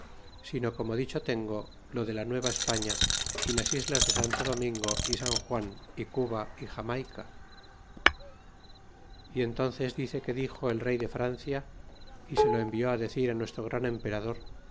sino como dicho tengo lo de la nueva españa y las islas ck santo domingo y san juan y cuba y jamayca y entónces dice que dixo el rey de francia y se lo envió decir nuestro gran emperador